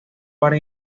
para